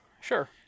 Sure